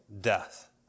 death